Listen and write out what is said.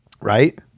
Right